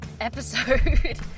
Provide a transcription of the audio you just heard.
episode